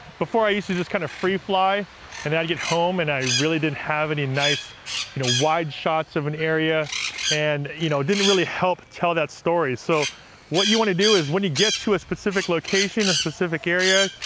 before i used to just kinda free-fly and i'd get home and i really didn't have any nice you know wide shots of an area and you know didn't really help tell that story. so what you wanna do is, when you get to a specific location, a specific area,